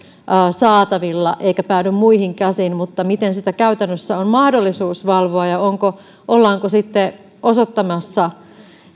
saatavilla eikä päädy muihin käsiin mutta miten sitä käytännössä on mahdollisuus valvoa ja ollaanko sitten osoittamassa